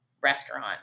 restaurant